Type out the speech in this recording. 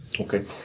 Okay